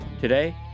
Today